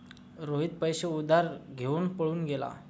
रोहित पैसे उधार घेऊन पळून गेला